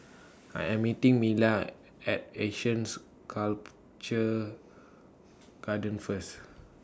I Am meeting Mila At Asean Sculpture Garden First